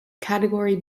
category